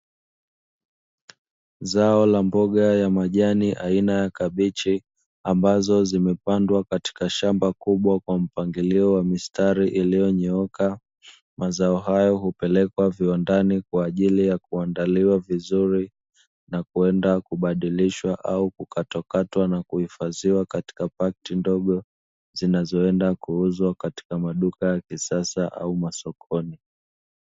Zao la mboga ya majani aina ya kabichi ambazo zimepandwa katika shamba kubwa kwa mpangilio wa mistari iliyonyooka mazao hayo hupelekwa viwandani, kwa ajili ya kuandaliwa vizuri na kwenda kubadilisha au kukatokatwa na kuhifadhiwa katika pakiti ndogo zinazoenda kuuzwa katika maduka ya kisasa au masokoni.